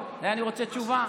אני רוצה תשובה.